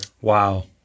Wow